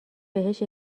بهش